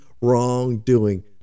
wrongdoing